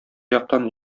яктан